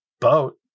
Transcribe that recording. boat